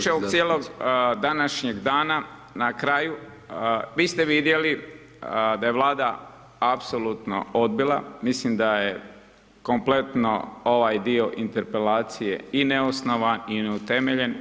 Što se tiče cijelog današnjeg dana na kraju, vi ste vidjeli da je Vlada apsolutno odbila, mislim da je kompletno ovaj dio interpelacije i neosnovan i neutemeljen.